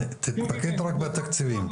תתמקד רק בתקציבים.